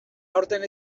aurten